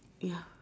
ya